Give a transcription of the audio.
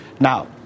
Now